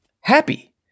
happy